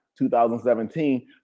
2017